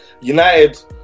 united